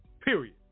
Period